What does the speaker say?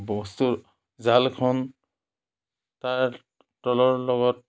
বস্তু জালখন তাৰ তলৰ লগত